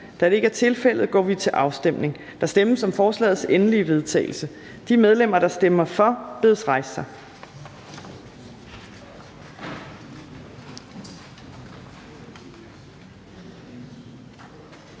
Fjerde næstformand (Trine Torp): Der stemmes om forslagets endelige vedtagelse. De medlemmer, der stemmer for, bedes rejse sig.